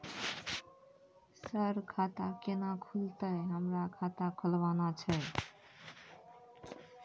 Sir खाता केना खुलतै, हमरा खाता खोलवाना छै?